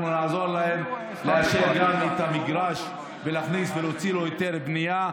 אנחנו נעזור להם לאשר גם את המגרש ולהוציא לו היתר בנייה.